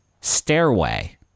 stairway